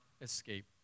escape